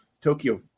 Tokyo